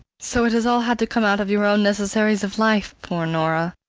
so it has all had to come out of your own necessaries of life, poor nora?